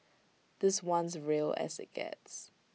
this one's real as IT gets